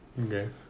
Okay